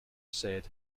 said